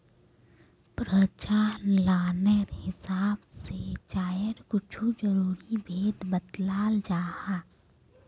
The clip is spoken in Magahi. प्रचालानेर हिसाब से चायर कुछु ज़रूरी भेद बत्लाल जाहा